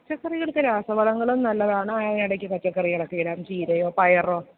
പച്ചക്കറികളൊക്കെ രാസവളങ്ങളും നല്ലതാണ് ഇടക്ക് പച്ചക്കറികളൊക്കെ ഇടാം ചീരയോ പയറോ